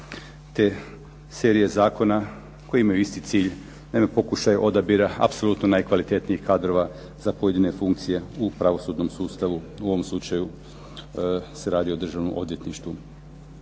te serije zakona koji imaju isti cilj. Naime pokušaj odabira apsolutno najkvalitetnijih kadrova za pojedine funkcije u pravosudnom sustavu, u ovom slučaju se radi o Državnom odvjetništvu.